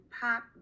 pop